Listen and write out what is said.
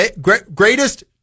greatest